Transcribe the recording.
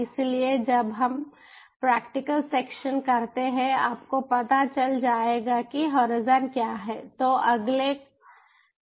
इसलिए जब हम प्रैक्टिकल सेक्शन करते हैं आपको पता चल जाएगा कि होराइज़न क्या है